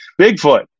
Bigfoot